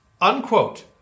unquote